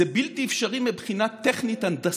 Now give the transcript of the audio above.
זה בלתי אפשרי מבחינה טכנית-הנדסית.